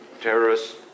Terrorists